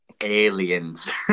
aliens